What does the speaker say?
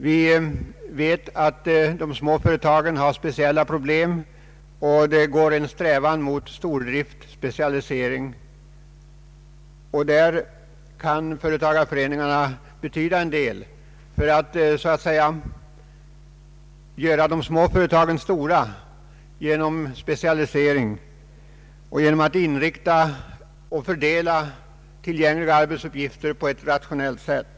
Vi vet att de små företagen har speciella problem. Det förekommer en strävan mot stordrift och specialisering, och härvidlag kan företagareföreningarna betyda en del för att så att säga göra de små företagen stora genom specialisering och genom inriktning och fördelning av tillgängliga arbetsuppgifter på ett rationellt sätt.